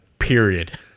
Period